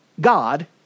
God